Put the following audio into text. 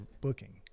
booking